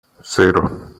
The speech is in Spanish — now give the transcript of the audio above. cero